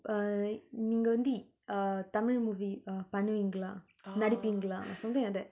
uh நீங்க வந்து:neenga vanthu e~ uh tamil movie uh பண்ணுவிங்களா நடிப்பிங்களா:pannuvingala nadipingala something like that